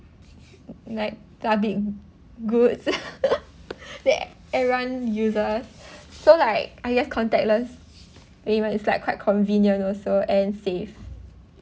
like public goods that everyone uses so like I guess contactless payment is like quite convenient also and safe